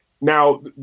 Now